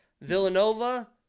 Villanova